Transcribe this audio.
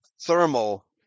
thermal